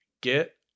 Get